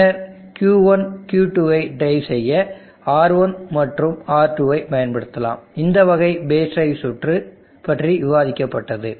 பின்னர் Q1Q2 ஐ drive செய்ய R1 மற்றும் R2 ஐ பயன்படுத்தலாம் இந்த வகை பேஸ் டிரைவ் சுற்று பற்றி விவாதிக்கப்பட்டது